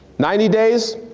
ninety days,